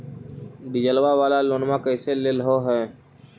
डीजलवा वाला लोनवा कैसे लेलहो हे?